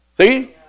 See